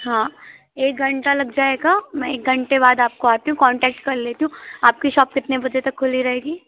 हाँ एक घंटा लग जाएगा मैं एक घंटे बाद आपको आती हूँ कान्टैक्ट कर एल्टी हूँ आपकी शॉप कितने बजे तक खुली रहेगी